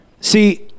See